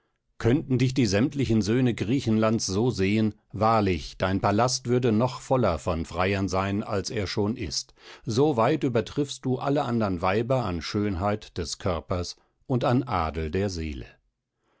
könnten dich die sämtlichen söhne griechenlands so sehen wahrlich dein palast würde noch voller von freiern sein als er schon ist so weit übertriffst du alle andern weiber an schönheit des körpers und an adel der seele